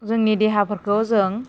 जोंनि देहाफोरखौ जों